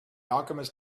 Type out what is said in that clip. alchemist